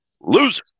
Loser